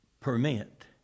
permit